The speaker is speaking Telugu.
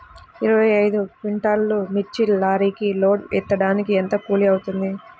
ఇరవై ఐదు క్వింటాల్లు మిర్చి లారీకి లోడ్ ఎత్తడానికి ఎంత కూలి అవుతుంది?